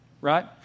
right